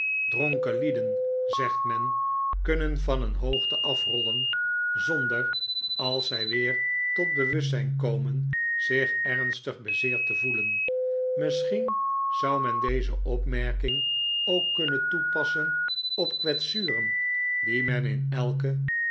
dronken lieden zegt men kunnen van een hoogte afrollen zonder als zij weer tot bewustzijn komen zich ernstig bezeerd te voelen misschien zou men deze opmerking ook kunnen toepassen op kwetsuren die men in elken